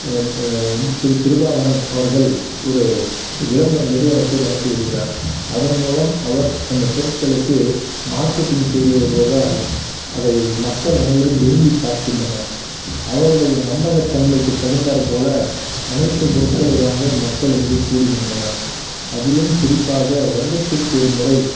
வந்து திரு கிருபாகரன் அவர்கள் ஒரு விளம்பர நிறுவனத்தை நடத்தி வருகிறார் அதன்மூலம் அவர் அந்த பொருட்களுக்கு மார்க்கெட்டிங் செய்து வருவதால் அதை மக்கள் அனைவரும் விரும்பி பார்க்கின்றனர் அவருடைய நம்பகத்தன்மைக்கு தகுந்தார் போல் அனைத்து பொருட்களை வாங்க மக்கள் இங்கே கூடுகின்றனர் அதிலும் குறிப்பாக வருடத்திற்கு ஒரு முறை